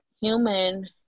Human